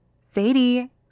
Sadie